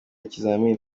ikizami